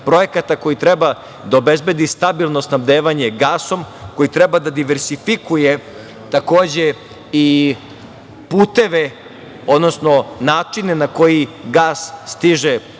koji treba da obezbedi stabilno snabdevanje gasom, koji treba da diversifikuje takođe i puteve, odnosno načine na koji gas stiže u Srbiju